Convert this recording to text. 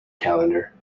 calendar